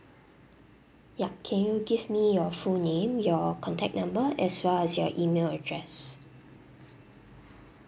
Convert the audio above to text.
ya can you give me your full name your contact number as well as your email address